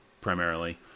primarily